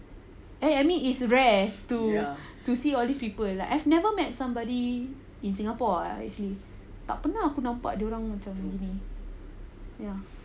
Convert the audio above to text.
eh I mean is rare to to see all these kind of people like I've never met somebody in singapore ah actually tak pernah aku nampak dorang macam begini ya